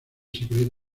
secreta